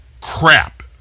crap